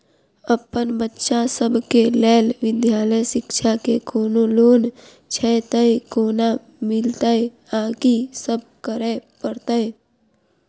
अप्पन बच्चा सब केँ लैल विधालय शिक्षा केँ कोनों लोन छैय तऽ कोना मिलतय आ की सब करै पड़तय